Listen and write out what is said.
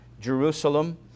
Jerusalem